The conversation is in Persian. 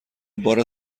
بار